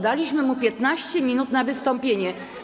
Daliśmy mu 15 minut na wystąpienie.